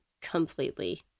completely